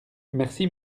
merci